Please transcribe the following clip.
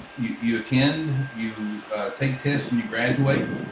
you you can you take tests and you graduate,